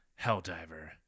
Helldiver